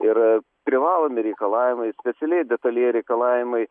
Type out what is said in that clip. ir privalomi reikalavimai specialieji detalieji reikalavimai